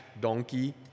donkey